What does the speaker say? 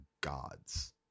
gods